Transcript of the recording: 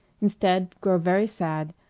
instead, grow very sad,